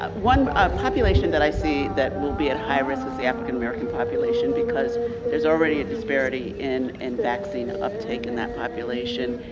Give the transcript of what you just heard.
one ah population that i see that will be at higher risk is the african american population, because there's already a disparity in in vaccine uptake in that population.